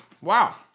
Wow